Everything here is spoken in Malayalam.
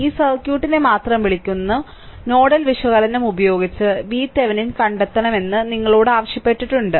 ഈ സർക്യൂട്ടിനെ മാത്രം വിളിക്കുന്ന നോഡൽ വിശകലനം ഉപയോഗിച്ച് VThevenin കണ്ടെത്തണമെന്ന് നിങ്ങളോട് ആവശ്യപ്പെട്ടിട്ടുണ്ട്